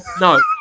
no